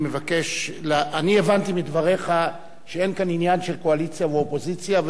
אני הבנתי מדבריך שאין כאן עניין של קואליציה ואופוזיציה.